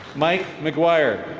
mike mcguire.